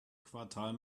quartal